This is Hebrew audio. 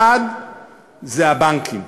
1. הבנקים.